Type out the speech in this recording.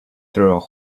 through